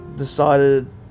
decided